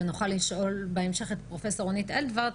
שאת זה נוכל לשאול בהמשך פרופ' רונית אנדולט,